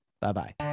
Bye-bye